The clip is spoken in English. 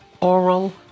oral